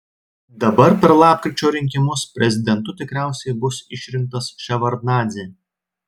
dabar per lapkričio rinkimus prezidentu tikriausiai bus išrinktas ševardnadzė